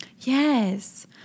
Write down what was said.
Yes